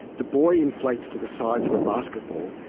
the buoy inflates to the size of a basketball,